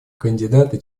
кандидаты